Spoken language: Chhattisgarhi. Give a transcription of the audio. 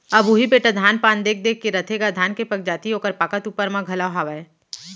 अब उही बेटा धान पान देख देख के रथेगा धान के पगजाति ओकर पाकत ऊपर म घलौ हावय